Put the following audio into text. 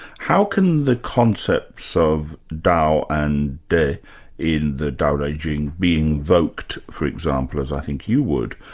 how can the concepts of dao and de in the dao de jing be invoked, for example, as i think you would,